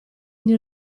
ogni